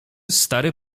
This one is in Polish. stary